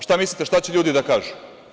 Šta mislite šta će ljudi da kažu?